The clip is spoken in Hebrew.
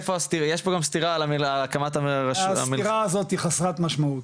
יש פה גם סתירה על המילה --- הסתירה הזאתי חסרת משמעות,